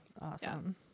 Awesome